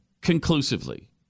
conclusively